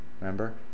remember